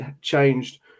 changed